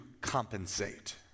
compensate